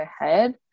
ahead